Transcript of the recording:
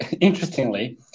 interestingly